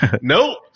nope